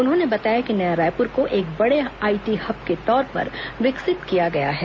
उन्होंने बताया कि नया रायपुर को एक बड़े आईटी हब के तौर पर विकसित किया गया है